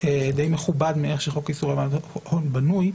די מכובד מאיך שחוק איסור הלבנת הון בנוי,